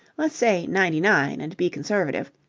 let's say ninety-nine and be conservative.